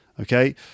Okay